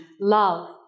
love